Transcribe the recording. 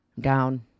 down